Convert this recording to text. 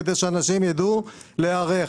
כדי שאנשים יידעו להיערך.